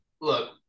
look